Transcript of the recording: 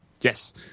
Yes